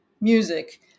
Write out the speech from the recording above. music